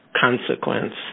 consequence